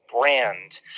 brand